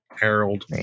Harold